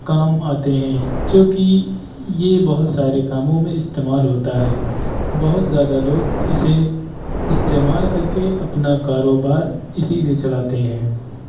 کام آتے ہیں جوکہ یہ بہت سارے کاموں میں استعمال ہوتا ہے بہت زیادہ لوگ اسے استعمال کر کے اپنا کاروبار اسی سے چلاتے ہیں